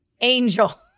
angel